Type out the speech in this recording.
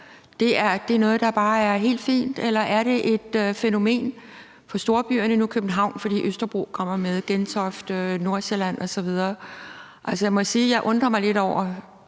er noget, der bare er helt fint, eller er det et fænomen fra storbyerne, nu København, fordi Østerbro er med, Gentofte, Nordsjælland osv.? Jeg må sige, at jeg